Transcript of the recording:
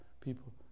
people